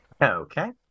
Okay